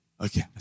okay